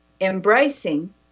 embracing